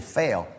fail